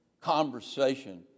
conversation